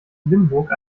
limburg